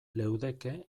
leudeke